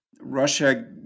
Russia